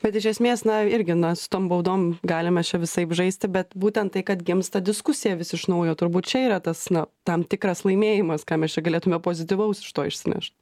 bet iš esmės na irgi na su tom baudom galim mes čia visaip žaisti bet būtent tai kad gimsta diskusija vis iš naujo turbūt čia yra tas na tam tikras laimėjimas ką mes čia galėtume pozityvaus iš to išsineš